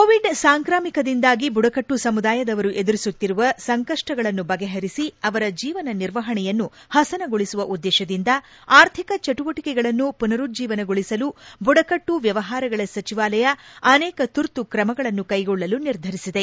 Covid ಸಾಂಕ್ರಾಮಿಕದಿಂದಾಗಿ ಬುಡಕಟ್ಟು ಸಮುದಾಯದವರು ಎದುರಿಸುತ್ತಿರುವ ಸಂಕಷ್ಟಗಳನ್ನು ಬಗೆಹರಿಸಿ ಅವರ ಜೀವನ ನಿರ್ವಹಣೆಯನ್ನು ಪಸನಗೊಳಿಸುವ ಉದ್ದೇಶದಿಂದ ಆರ್ಥಿಕ ಚಟುವಟಿಕೆಗಳನ್ನು ಪನರುಜ್ಜೀವನಗೊಳಿಸಲು ಬುಡಕಟ್ಟು ವ್ಚವಹಾರಗಳ ಸಚಿವಾಲಯ ಅನೇಕ ತುರ್ತುಕ್ರಮಗಳನ್ನು ಕೈಗೊಳ್ಳಲು ನಿರ್ಧರಿಸಿದೆ